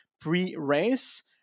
pre-race